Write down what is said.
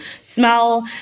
smell